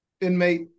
inmate